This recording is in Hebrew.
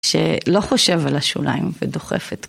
שלא חושב על השוליים ודוחף את...